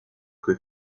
que